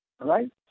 right